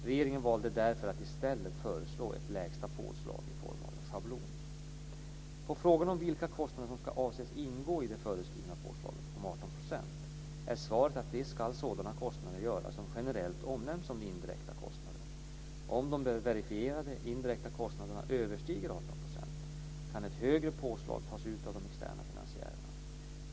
Regeringen valde därför att i stället föreslå ett lägsta påslag i form av en schablon. På frågan om vilka kostnader som ska anses ingå i det föreskrivna påslaget om 18 % är svaret att det ska sådana kostnader göra som generellt omnämns som indirekta kostnader. Om de verifierade indirekta kostnaderna överstiger 18 % kan ett högre påslag tas ut av de externa finansiärerna.